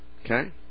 Okay